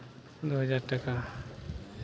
दू हजार टाका